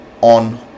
on